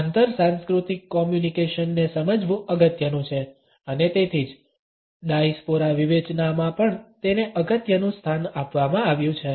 આંતર સાંસ્કૃતિક કોમ્યુનિકેશન ને સમજવું અગત્યનું છે અને તેથી જ ડાયસ્પોરા વિવેચનામાં પણ તેને અગત્યનું સ્થાન આપવામાં આવ્યું છે